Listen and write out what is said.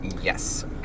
Yes